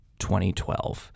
2012